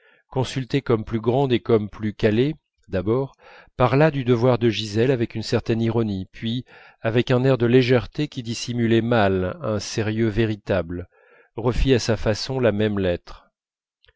consultée comme plus grande et comme plus calée d'abord parla du devoir de gisèle avec une certaine ironie puis avec un air de légèreté qui dissimulait mal un sérieux véritable refit à sa façon la même lettre